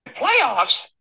Playoffs